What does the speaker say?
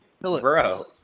bro